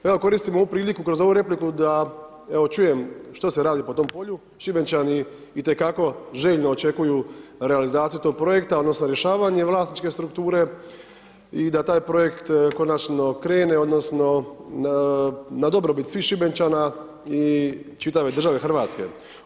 Evo koristim ovu priliku kroz ovu repliku da evo čujem što se radi po tom polju, Šibenčani itekako željno očekuju realizaciju tog projekta odnosno rješavanje vlasničke strukture i da taj projekt konačno krene odnosno na dobrobit svih Šibenčana i čitave države Hrvatske.